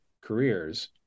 careers